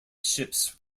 ships